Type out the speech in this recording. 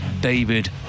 David